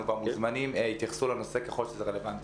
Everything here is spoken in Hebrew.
והמוזמנים יתייחסו לנושא ככל שזה רלוונטי.